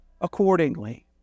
accordingly